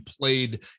played